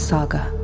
Saga